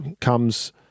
comes